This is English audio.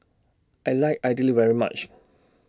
I like Idly very much